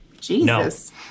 Jesus